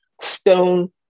stone